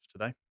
today